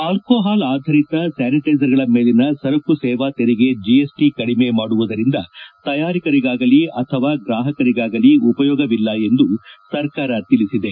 ಆಲೋಹಾಲ್ ಆಧಾರಿತ ಸ್ಥಾನಿಟ್ಲೆಸರ್ಗಳ ಮೇಲಿನ ಸರಕು ಸೇವಾ ತೆರಿಗೆ ಜಿಎಸ್ಟ ಕಡಿಮೆ ಮಾಡುವುದರಿಂದ ತಯಾರಿಕರಿಗಾಗಲಿ ಅಥವಾ ಗ್ರಾಹಕರಿಗಾಗಲಿ ಉಪಯೋಗವಿಲ್ಲ ಎಂದು ಸರ್ಕಾರ ತಿಳಿಸಿದೆ